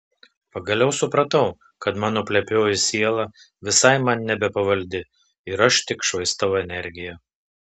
pagaliau supratau kad mano plepioji siela visai man nebepavaldi ir aš tik švaistau energiją